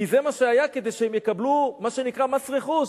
כי זה מה שהיה, כדי שהם יקבלו מה שנקרא מס רכוש.